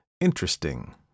Interesting